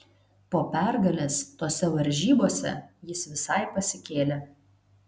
po pergalės tose varžybose jis visai pasikėlė